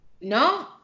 No